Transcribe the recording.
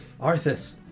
Arthas